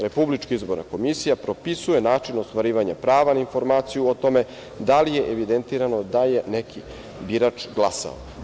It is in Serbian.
Republička izborna komisija propisuje način ostvarivanja prava na informaciju o tome da li je evidentirano da je neki birač glasao.